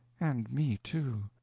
and me, too.